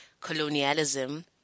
colonialism